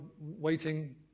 waiting